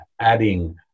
adding